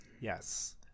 Yes